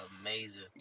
amazing